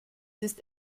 ist